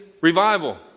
revival